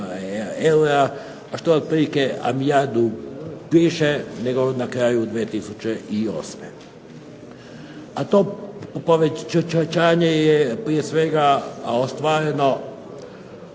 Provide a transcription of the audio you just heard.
a što je otprilike više nego na kraju 2008. A to povećanje je prije svega ostvareno